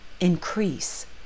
increase